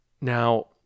Now